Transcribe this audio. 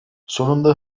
sonunda